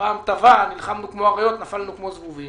פעם תבע, נלחמנו כמו אריות, נפלנו כמו זבובים